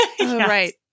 right